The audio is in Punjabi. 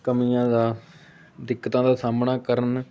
ਕਮੀਆਂ ਦਾ ਦਿੱਕਤਾਂ ਦਾ ਸਾਹਮਣਾ ਕਰਨ